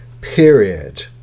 period